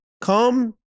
come